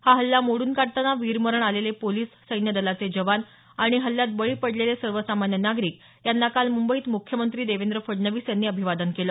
हा हल्ला मोडून काढताना वीरमरण आलेले पोलिस सैन्यदलाचे जवान आणि हल्ल्यात बळी पडलेले सर्वसामान्य नागरिक यांना काल मुंबईत मुख्यमंत्री देवेंद्र फडणवीस यांनी अभिवादन केलं